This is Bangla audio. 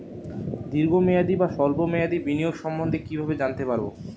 দীর্ঘ মেয়াদি বা স্বল্প মেয়াদি বিনিয়োগ সম্বন্ধে কীভাবে জানতে পারবো?